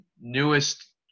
newest